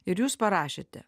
ir jūs parašėte